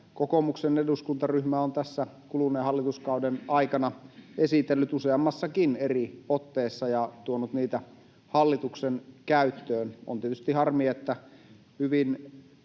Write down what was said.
kokoomuksen eduskuntaryhmä on tässä kuluneen hallituskauden aikana esitellyt useammassakin eri otteessa ja tuonut niitä hallituksen käyttöön. On tietysti harmi, että hyvin